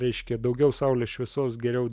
reiškia daugiau saulės šviesos geriau